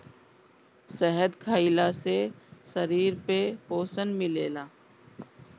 शहद खइला से शरीर में पोषण मिलेला